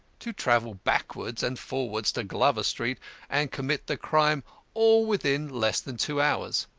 to travel backwards and forwards to glover street and commit the crime all within less than two hours.